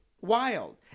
Wild